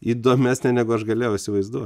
įdomesnė negu aš galėjau įsivaizduot